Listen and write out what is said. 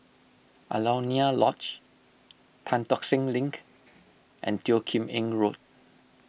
Alaunia Lodge Tan Tock Seng Link and Teo Kim Eng Road